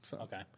Okay